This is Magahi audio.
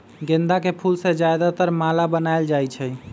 गेंदा के फूल से ज्यादातर माला बनाएल जाई छई